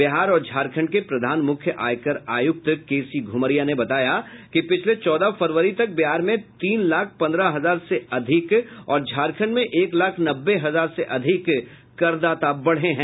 बिहार और झारखण्ड के प्रधान मुख्य आयकर आयुक्त के सी घुमरिया ने बताया कि पिछले चौदह फरवरी तक बिहार में तीन लाख पंद्रह हजार से अधिक और झारखण्ड में एक लाख नब्बे हजार से अधिक करदाता बढ़े हैं